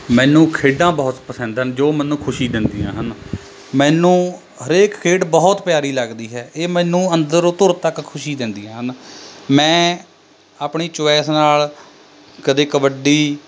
ਮੈਨੂੰ ਖੇਡਾਂ ਬਹੁਤ ਪਸੰਦ ਹਨ ਜੋ ਮੈਨੂੰ ਖੁਸ਼ੀ ਦਿੰਦੀਆਂ ਹਨ ਮੈਨੂੰ ਹਰੇਕ ਖੇਡ ਬਹੁਤ ਪਿਆਰੀ ਲਗਦੀ ਹੈ ਇਹ ਮੈਨੂੰ ਅੰਦਰੋਂ ਧੁਰ ਤੱਕ ਖੁਸ਼ੀ ਦਿੰਦੀਆਂ ਹਨ ਮੈਂ ਆਪਣੀ ਚੋਐਸ ਨਾਲ਼ ਕਦੇ ਕਬੱਡੀ